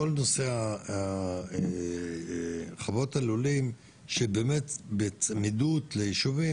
כל נושא חוות הלולים שהן באמת בצמידות לישובים,